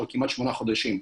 כבר שמונה חודשים.